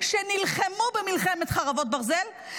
שנלחמו במלחמת חרבות ברזל,